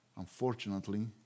Unfortunately